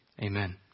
Amen